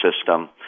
system